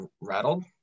rattled